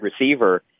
receiver